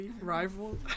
rival